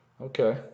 okay